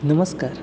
नमस्कार